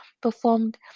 performed